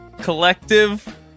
Collective